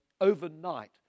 overnight